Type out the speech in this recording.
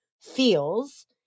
feels